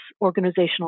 organizational